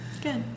Good